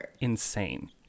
insane